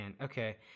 okay